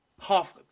half